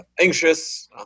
Anxious